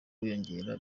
wiyongera